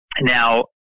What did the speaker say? Now